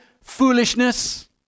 Foolishness